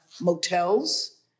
motels